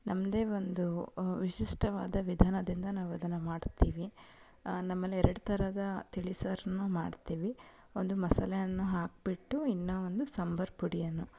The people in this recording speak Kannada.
ನಮ್ಮದೇ ಒಂದು ವಿಶಿಷ್ಟವಾದ ವಿಧಾನದಿಂದ ನಾವು ಅದನ್ನು ಮಾಡ್ತೀವಿ ನಮ್ಮಲ್ಲಿ ಎರಡು ಥರದ ತಿಳಿಸಾರನ್ನು ಮಾಡ್ತೀವಿ ಒಂದು ಮಸಾಲೆಯನ್ನು ಹಾಕಿಬಿಟ್ಟು ಇನ್ನೂ ಒಂದು ಸಾಂಬಾರ ಪುಡಿಯನ್ನು